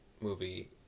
movie